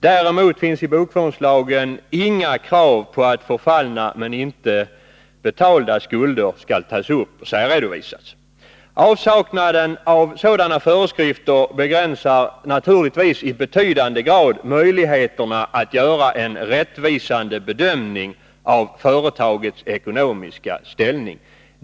Däremot finns i bokföringslagen inga krav på att förfallna men inte betalda skulder skall tas upp och särredovisas. Avsaknaden av sådana föreskrifter begränsar naturligtvis i betydande grad möjligheterna att göra en rättvisande bedömning av företagets ekonomiska ställning.